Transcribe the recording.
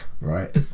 right